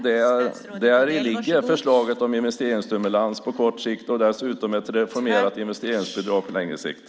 Däri ligger förslaget om investeringsstimulans på kort sikt och dessutom ett reformerat investeringsbidrag på längre sikt.